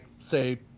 say